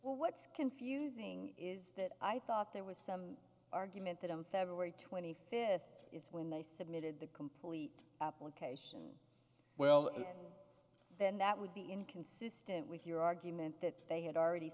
letter what's confusing is that i thought there was some argument that i'm february twenty fifth is when they submitted the complete up location well then that would be inconsistent with your argument that they had already